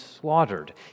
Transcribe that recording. slaughtered